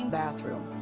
bathroom